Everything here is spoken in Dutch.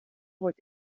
wordt